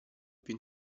più